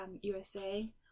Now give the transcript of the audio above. USA